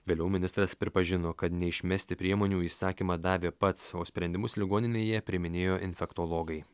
vėliau ministras pripažino kad neišmesti priemonių įsakymą davė pats o sprendimus ligoninėje priiminėjo infektologai